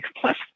Plus